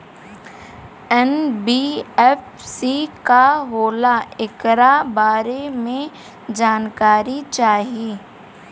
NBFC का होला ऐकरा बारे मे जानकारी चाही?